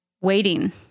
waiting